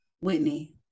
Whitney